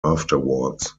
afterwards